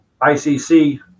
ICC